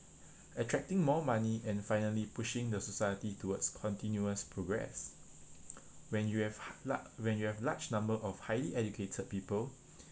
attracting more money and finally pushing the society towards continuous progress when you have ha~ la~ when you have large number of highly educated people